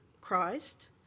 Christ